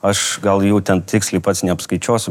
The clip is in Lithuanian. aš gal jų ten tiksliai pats neapskaičiuosiu